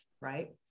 right